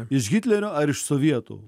iš hitlerio ar iš sovietų